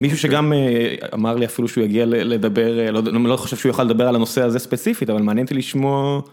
מישהו שגם אמר לי אפילו שהוא יגיע לדבר. אני גם לא חושב שהוא יוכל לדבר על הנושא הזה ספציפית אבל מעניין לי לשמוע...